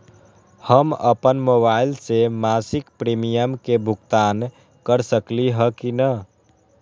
हम अपन मोबाइल से मासिक प्रीमियम के भुगतान कर सकली ह की न?